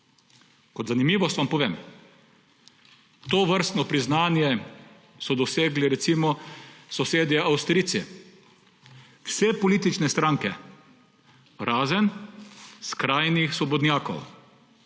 Kot zanimivost vam povem, tovrstno priznanje so dosegli recimo sosedje Avstrijci, vse politične stranke, razen skrajnih svobodnjakov.